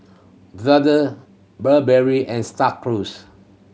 Brother Burberry and Star Cruise